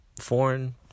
foreign